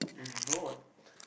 can not